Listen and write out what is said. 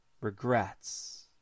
regrets